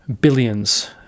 billions